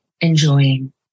enjoying